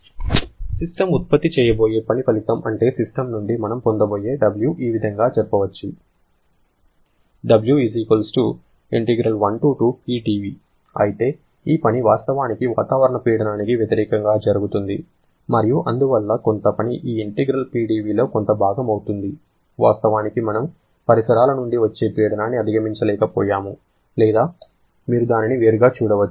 ఇప్పుడు సిస్టమ్ ఉత్పత్తి చేయబోయే పని ఫలితం అంటే సిస్టమ్ నుండి మనం పొందబోయే W ఈ విధంగా చెప్పవచ్చు అయితే ఈ పని వాస్తవానికి వాతావరణ పీడనానికి వ్యతిరేకంగా జరుగుతుంది మరియు అందువల్ల కొంత పని ఈ ఇంటిగ్రల్ PdVలో కొంత భాగం అవుతుంది వాస్తవానికి మనము పరిసరాల నుండి వచ్చే పీడనాన్ని అధిగమించ లేకపోయాము లేదా మీరు దానిని వేరుగా చూడవచ్చు